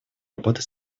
работы